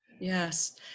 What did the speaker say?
yes